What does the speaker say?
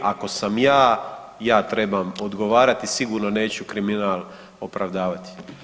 Ako sam ja, ja trebam odgovarati, sigurno neću kriminal opravdavati.